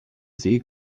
see